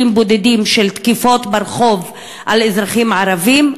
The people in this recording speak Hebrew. בודדים של תקיפות ברחוב של אזרחים ערבים,